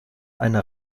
eine